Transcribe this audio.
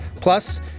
Plus